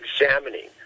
examining